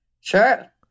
sure